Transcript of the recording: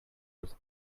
was